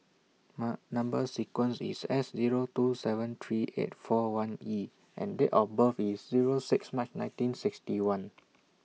Number sequence IS S Zero two seven three eight four one E and Date of birth IS Zero six March nineteen sixty one